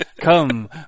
come